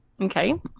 Okay